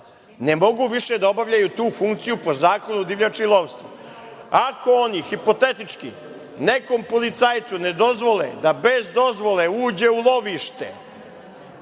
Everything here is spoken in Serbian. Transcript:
ne mogu više da obavljaju tu funkciju po Zakonu o divljači i lovstvu. Ako oni, hipotetički, nekom policajcu ne dozvole da bez dozvole uđe u lovište,